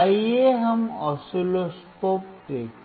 आइए हम आस्टसीलस्कप देखें